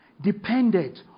depended